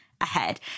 ahead